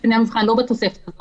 נכון שקציני המבחן לא בתוספת הזאת,